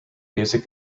music